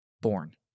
born